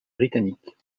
britannique